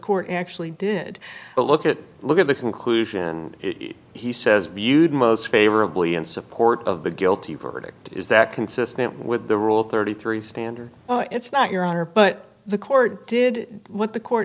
court actually did but look at look at the conclusion he says viewed most favorably in support of the guilty verdict is that consistent with the rule thirty three standard oh it's not your honor but the court did what the court